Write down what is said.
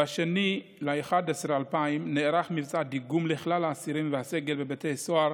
ב-2 בנובמבר 2020 נערך מבצע דיגום לכלל האסירים והסגל בבית סוהר